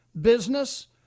business